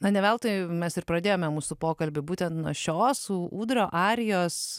na ne veltui mes ir pradėjome mūsų pokalbį būtent nuo šios ūdrio arijos